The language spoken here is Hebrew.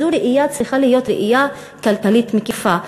זו צריכה להיות ראייה כלכלית מקיפה,